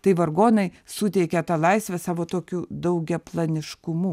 tai vargonai suteikia tą laisvę savo tokiu daugiaplaniškumu